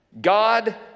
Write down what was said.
God